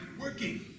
working